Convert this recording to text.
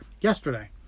yesterday